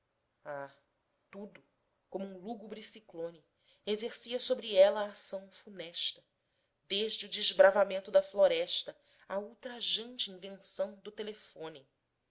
tudo como um lúgubre ciclone exercia sobre ela ação funesta desde o desbravamento da floresta ã ultrajante invenção do telefone